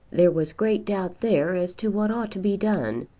there was great doubt there as to what ought to be done,